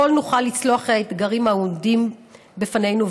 נוכל לצלוח את האתגרים העומדים לפנינו,